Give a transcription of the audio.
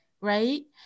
right